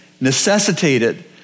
necessitated